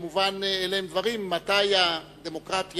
כמובן, אלה הם דברים, מתי הדמוקרטיה